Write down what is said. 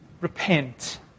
repent